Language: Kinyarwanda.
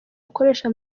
ukoresha